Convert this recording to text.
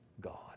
God